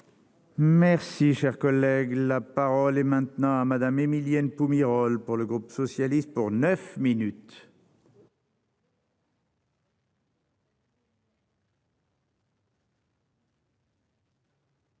Merci, cher collègue, la parole est maintenant à Madame Émilienne Pommerol pour le groupe socialiste, pour 9 minutes.